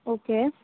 okay